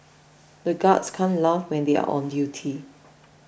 the guards can't laugh when they are on duty